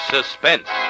Suspense